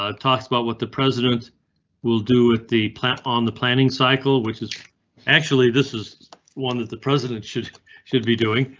ah talks about what the president will do with the plant on the planning cycle, which is actually. this is one that the president should should be doing,